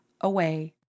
away